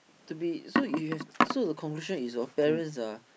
to be so you have so the conclusion is your parents ah